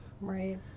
right